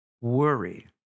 Worry